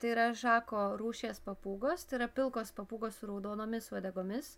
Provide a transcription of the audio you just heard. tai yra žako rūšies papūgos tai yra pilkos papūgos raudonomis uodegomis